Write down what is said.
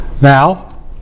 Now